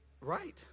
right